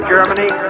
Germany